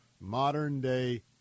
modern-day